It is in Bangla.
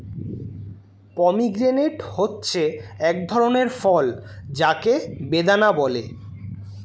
পমিগ্রেনেট হচ্ছে এক ধরনের ফল যাকে বেদানা বলে